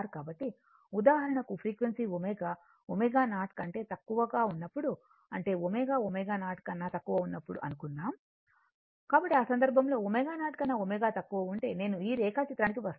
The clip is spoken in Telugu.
కాబట్టి ఉదాహరణకు ఫ్రీక్వెన్సీ ω ω0 కంటే తక్కువగా ఉన్నప్పుడు అంటే ω ω0 కన్నా తక్కువ ఉన్నప్పుడు ఆ సందర్భంలో ω0 కన్నా ω తక్కువ ఉంటే నేను ఈ రేఖాచిత్రానికి వస్తాను